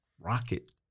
Rocket